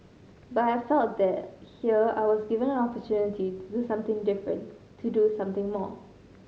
but I felt that here I was given an opportunity to do something different to do something more